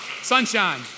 Sunshine